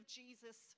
jesus